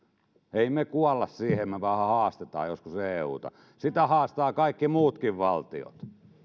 emme me kuole siihen että me vähän haastamme joskus euta sitä haastavat kaikki muutkin valtiot